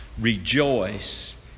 rejoice